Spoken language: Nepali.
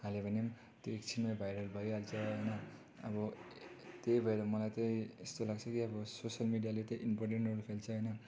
हाल्यो भने पनि त्यो एकछिनमै भाइरल भइहाल्छ होइन अब त्यही भएर मलाई त्यही यस्तो लाग्छ कि अब सोसियल मिडियाले त अब इम्पोर्टेन्ट रोल खेल्छ होइन